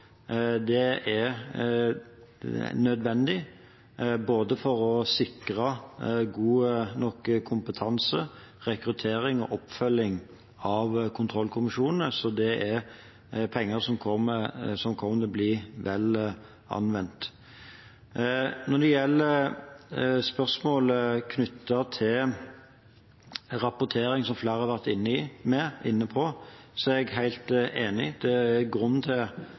Det er nødvendig for å sikre både god nok kompetanse, rekruttering og oppfølging av kontrollkommisjonen. Det er penger som kommer til å bli vel anvendt. Når det gjelder spørsmålet knyttet til rapportering, som flere har vært inne på, er jeg helt enig i at det er grunn til